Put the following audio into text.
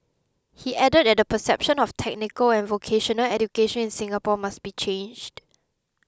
he added that the perception of technical and vocational education in Singapore must be changed